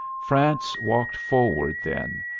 france walked forward then,